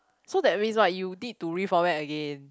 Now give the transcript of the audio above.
so that means what you need to reformat again